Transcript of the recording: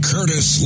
Curtis